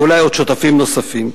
ואולי עוד שותפים נוספים.